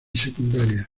secundaria